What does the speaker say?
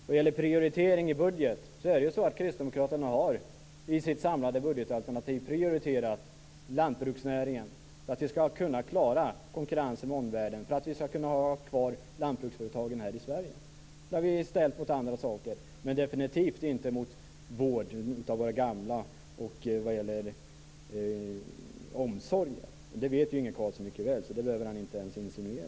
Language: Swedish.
Vad gäller prioritering i budgeten har kristdemokraterna i sitt samlade budgetalternativ prioriterat lantbruksnäringen för att vi ska kunna klara konkurrensen med omvärlden och för att vi ska kunna ha kvar lantbruksföretagen här i Sverige. Detta har vi ställt mot andra saker men definitivt inte mot vården och omsorgen om våra gamla. Detta vet Inge Carlsson mycket väl och behöver inte insinuera något annat.